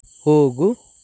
ಹೋಗು